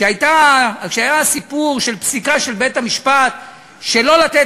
כשהיה הסיפור של פסיקה של בית-המשפט שלא לתת